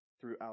throughout